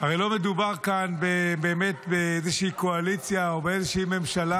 הרי לא מדובר כאן באיזושהי קואליציה או באיזושהי ממשלה